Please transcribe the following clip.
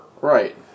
Right